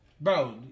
Bro